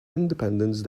independence